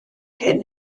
hyn